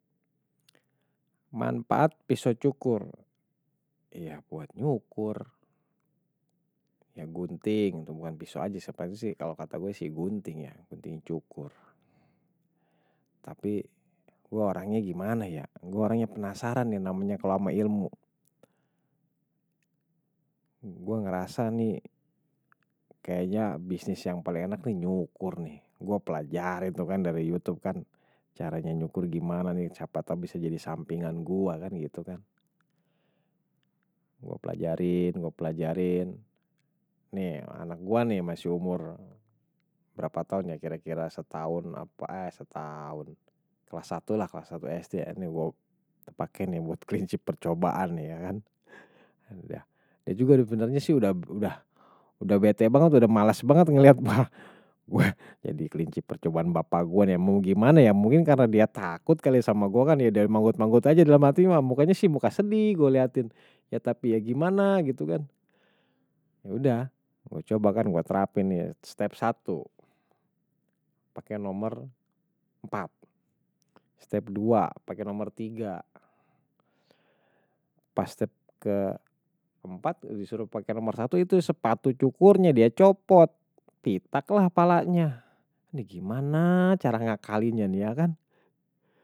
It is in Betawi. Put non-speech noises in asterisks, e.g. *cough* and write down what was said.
Manfaat pisau cukur, ya buat nyukur, ya gunting, itu bukan pisau aja sepertinya sih, kalau kata gue sih gunting ya, gunting cukur. Tapi gue orangnya gimana ya, gue orangnya penasaran nih namanya kalau sama ilmu. Gue ngerasa nih kayaknya bisnis yang paling enak nih nyukur nih. Gue pelajar itu kan dari youtube kan, caranya nyukur gimana nih. siapa tau bisa jadi sampingan gue kan gitu kan. Gue pelajarin, gue pelajarin. Ini anak gue nih masih umur berapa taon ya, kira-kira setahun apa, eh setahun, kelas satu lah, kelas satu sd. Ini gue tepakin nih buat kelinci percobaan ya kan. Ya juga sebenarnya sih udah, udah, udah bete banget, udah malas banget ngeliat, *hesitation* gue jadi kelinci percobaan bapak gue. Nah yang mau gimana ya, mungkin karena dia takut kali sama gue kan, ya dari manggut manggut aja dalam hati muka-mukanya sih muka sedih gue liatin. Ya tapi ya gimana gitu kan. Ya udah, gue coba kan, gue terapin ya. Step satu, pakai nomor empat. Step dua, pakai nomor tiga. Pas step ke empat, disuruh pakai nomor satu itu sepatu cukurnya dia copot, pitak lah palanya. Ini gimana cara ngakalinnya nih ya kan.